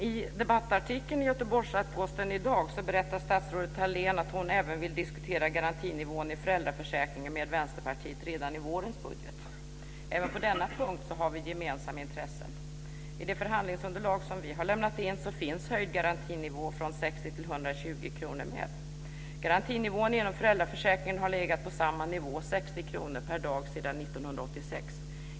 I debattartikeln i Göteborgs-Posten i dag berättar statsrådet Thalén att hon även vill diskutera garantinivån i föräldraförsäkringen med Vänsterpartiet redan i vårens budget. Även på denna punkt har vi gemensamma intressen. I det förhandlingsunderlag som vi har lämnat in finns höjd garantinivå - från 60 kr till 120 kr - med. Garantinivån inom föräldraförsäkringen har legat på samma nivå, 60 kr per dag, sedan 1986.